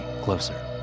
closer